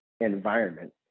environment